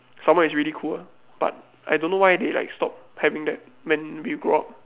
some more is really cool ah but I don't know why they like stop having that when we grow up